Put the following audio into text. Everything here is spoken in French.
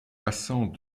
passant